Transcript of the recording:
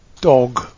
dog